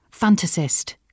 fantasist